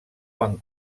van